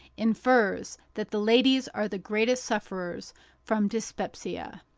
infers that the ladies are the greater sufferers from dyspepsia.